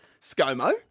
ScoMo